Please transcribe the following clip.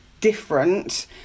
different